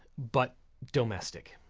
but domestic.